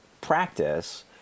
practice